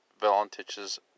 Valentich's